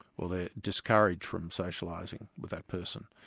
or they're discouraged from socialising with that person.